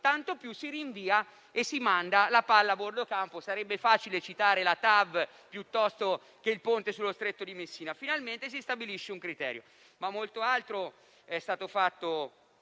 tanto più si rinvia e si manda la palla a bordo campo. Sarebbe facile citare il treno alta velocità (TAV) o il ponte sullo Stretto di Messina. Finalmente si stabilisce un criterio.